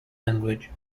language